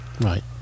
Right